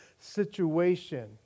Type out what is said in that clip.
situation